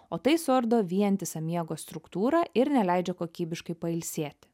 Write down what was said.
o tai suardo vientisą miego struktūrą ir neleidžia kokybiškai pailsėti